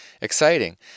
exciting